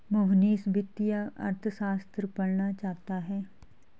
मोहनीश वित्तीय अर्थशास्त्र पढ़ना चाहता है